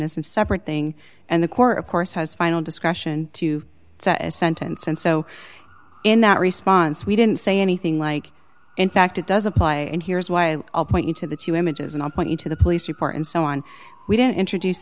isn't separate thing and the court of course has final discretion to say a sentence and so in that response we didn't say anything like in fact it does apply and here's why i'll point you to the two images and i'll point you to the police report and so on we didn't introduce